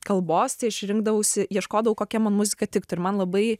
kalbos tai aš ir rinkdavausi ieškodavau kokia man muzika tiktų ir man labai